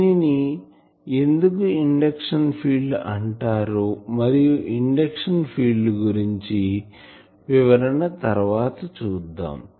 దీనిని ఎందుకు induction field అంటారో మరియు ఇండక్షన్ ఫీల్డ్ గురించి వివరణ తర్వాత చూద్దాం